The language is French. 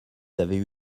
avaient